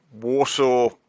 Warsaw